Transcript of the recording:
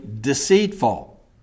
deceitful